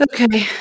Okay